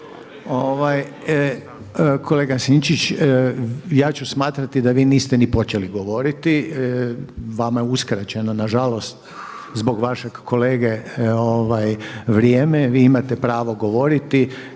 Kolega Sinčić ja ću smatrati da vi niste ni počeli govoriti. Vama je uskraćeno nažalost zbog vašeg kolege vrijeme, vi imate pravo govoriti,